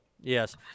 Yes